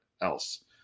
else